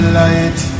light